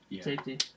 Safety